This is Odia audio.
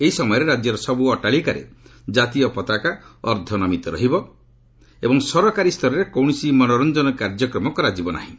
ଏହି ସମୟରେ ରାଜ୍ୟର ସବୁ ଅଟ୍ଟାଳିକାରେ କାତୀୟ ପତାକା ଅର୍ଦ୍ଧନମିତ ରହିବ ଏବଂ ସରକାରୀ ସ୍ତରରେ କୌଣସି ମନୋରଞ୍ଜନ କାର୍ଯ୍ୟକ୍ମ କରାଯିବ ନାହିଁ